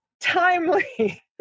timely